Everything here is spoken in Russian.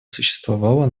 существовало